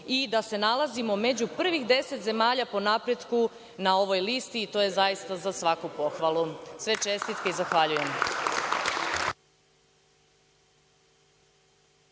i da se nalazimo među prvih deset zemalja po napretku na ovoj listi. To je zaista za svaku pohvalu. Sve čestitke i zahvaljujem.(Radoslav